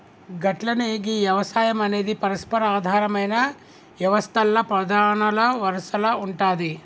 గట్లనే గీ యవసాయం అనేది పరస్పర ఆధారమైన యవస్తల్ల ప్రధానల వరసల ఉంటాది